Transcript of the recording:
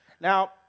Now